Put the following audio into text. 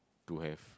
to have